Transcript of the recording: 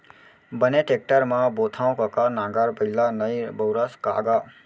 बने टेक्टर म बोथँव कका नांगर बइला नइ बउरस का गा?